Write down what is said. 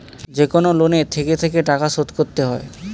যেকনো লোনে থেকে থেকে টাকা শোধ করতে হয়